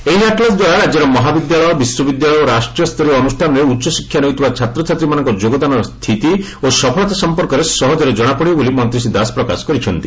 ଏହି ଆଟ୍ଲାସ୍ ଦ୍ୱାରା ରାଜ୍ୟର ମହାବିଦ୍ୟାଳୟ ବିଶ୍ୱବିଦ୍ୟାଳୟ ଓ ରାଷ୍ୀୟସ୍ତରର ଅନୁଷ୍ଠାନରେ ଉଚ୍ଚଶିକ୍ଷା ନେଉଥିବା ଛାତ୍ରଛାତ୍ରୀମାନଙ୍କ ଯୋଗଦାନର ସ୍ତିତି ଓ ସଫଳତା ସଂପର୍କରେ ସହଜରେ ଜଣାପଡ଼ିବ ବୋଲି ମନ୍ତୀ ଶ୍ରୀ ଦାସ ପ୍ରକାଶ କରିଛନ୍ତି